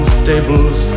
stables